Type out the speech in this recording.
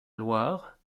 loire